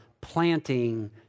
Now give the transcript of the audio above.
planting